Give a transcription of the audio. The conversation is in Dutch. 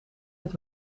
het